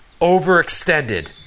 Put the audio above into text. Overextended